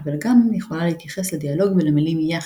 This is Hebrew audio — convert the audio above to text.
אבל גם יכולה להתייחס לדיאלוג ולמילים יחד,